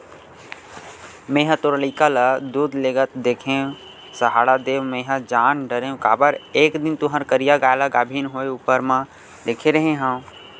मेंहा तोर लइका ल दूद लेगत देखेव सहाड़ा देव मेंहा जान डरेव काबर एक दिन तुँहर करिया गाय ल गाभिन होय ऊपर म देखे रेहे हँव